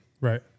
Right